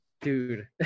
dude